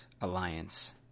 Alliance